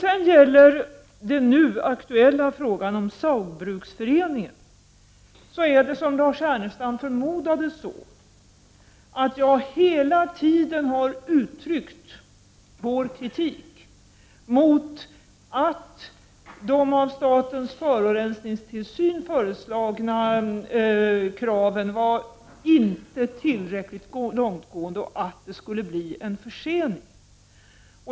I den nu aktuella frågan, om Saugbrugsforeningen, har jag, som Lars Ernestam förmodade, hela tiden uttryckt vår kritik mot att de av statens forurensningstilsyn föreslagna kraven inte varit tillräckligt långtgående och att det skulle bli en försening.